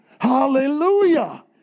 Hallelujah